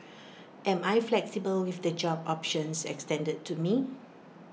am I flexible with the job options extended to me